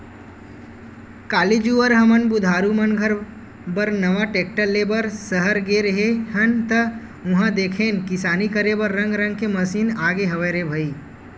काली जुवर हमन बुधारु मन घर बर नवा टेक्टर ले बर सहर गे रेहे हन ता उहां देखेन किसानी करे बर रंग रंग के मसीन आगे हवय रे भई